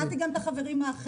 אני אמרתי גם לחברים האחרים,